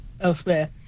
elsewhere